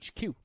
HQ